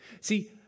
See